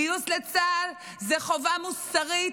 גיוס לצה"ל הוא חובה מוסרית,